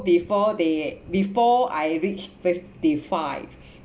before they before I reach fifty five